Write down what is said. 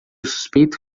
suspeito